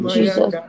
Jesus